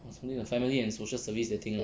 something the family and social service that thing ah